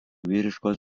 vyriškos